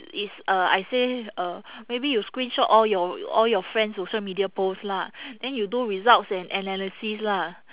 is uh I say uh maybe you screenshot all your all your friends' social media post lah then you do results and analysis lah